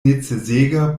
necesega